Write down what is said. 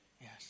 yes